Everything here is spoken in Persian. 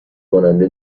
کننده